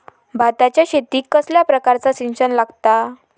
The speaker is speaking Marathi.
भाताच्या शेतीक कसल्या प्रकारचा सिंचन लागता?